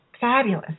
fabulous